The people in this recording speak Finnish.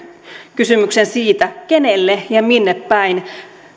kysymyksen siitä kenelle ja minnepäin